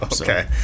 Okay